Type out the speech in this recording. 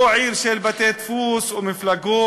לא עיר של בתי-דפוס ומפלגות,